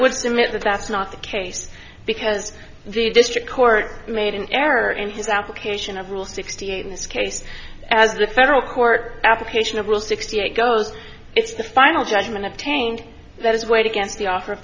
would submit that that's not the case because the district court made an error in his application of rule sixty eight in this case as the federal court application of rule sixty eight goes it's the final judgment obtained that is weighed against the offer